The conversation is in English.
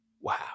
Wow